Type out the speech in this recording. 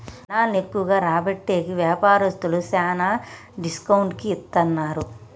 జనాలను ఎక్కువగా రాబట్టేకి వ్యాపారస్తులు శ్యానా డిస్కౌంట్ కి ఇత్తన్నారు